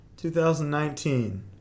2019